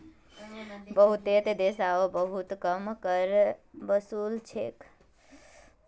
बहुतेते देशोत बहुत कम कर वसूल छेक